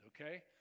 okay